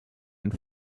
and